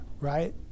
right